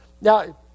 Now